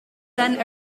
then